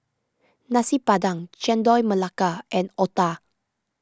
Nasi Padang Chendol Melaka and Otah